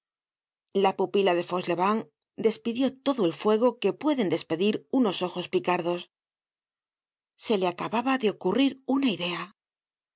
la pupila de fauchelevent despidió todo el fuego que pueden despedir unos ojos picardos se le acababa de ocurrir una idea